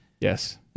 Yes